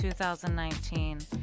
2019